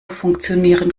funktionieren